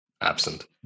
absent